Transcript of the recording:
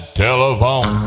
telephone